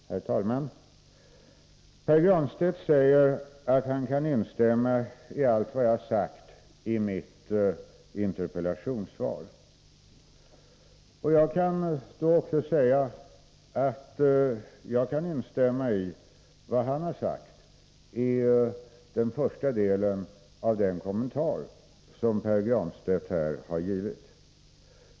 Herr talman! Pär Granstedt säger att han kan instämma i allt vad jag har sagt i mitt interpellationssvar. Jag kan också säga att jag kan instämma i vad Pär Granstedt har sagt i den första delen av den kommentar som han har givit.